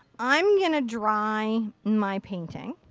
i'm going to dry my painting.